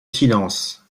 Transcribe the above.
silence